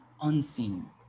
unseen